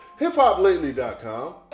HipHopLately.com